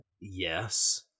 Yes